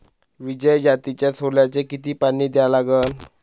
विजय जातीच्या सोल्याले किती पानी द्या लागन?